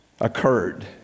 occurred